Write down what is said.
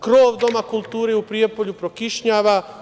Krov Doma kulture u Prijepolju prokišnjava.